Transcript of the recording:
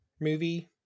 movie